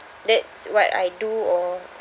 that's what I do or